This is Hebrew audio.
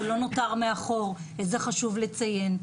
הוא לא נותר מאחור ואת זה חשוב לציין.